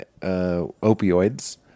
opioids